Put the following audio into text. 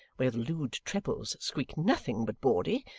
where the lewd trebles squeak nothing but bawdy,